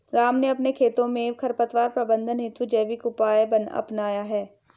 राम ने अपने खेतों में खरपतवार प्रबंधन हेतु जैविक उपाय अपनाया है